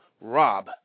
Rob